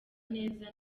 neza